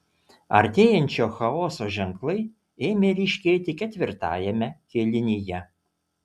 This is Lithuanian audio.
artėjančio chaoso ženklai ėmė ryškėti ketvirtajame kėlinyje